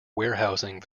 warehousing